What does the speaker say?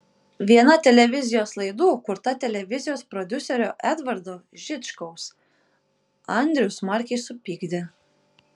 viena televizijos laidų kurta televizijos prodiuserio edvardo žičkaus andrių smarkiai supykdė